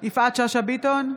שאשא ביטון,